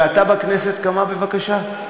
ואתה בכנסת, כמה, בבקשה?